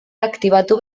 aktibatu